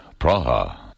Praha